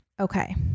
Okay